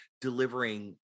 delivering